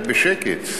רק בשקט.